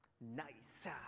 Nice